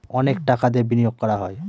অনেক টাকা দিয়ে বিনিয়োগ করা হয়